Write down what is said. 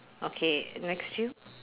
okay next you